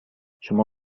شما